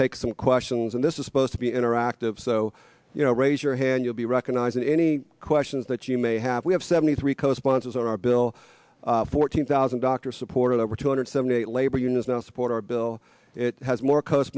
take some questions and this is supposed to be interactive so you know raise your hand you'll be recognizing any questions that you may have we have seventy three co sponsors on our bill fourteen thousand doctors supported over two hundred seventy eight labor unions now support our bill it has more co